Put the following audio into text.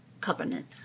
Covenant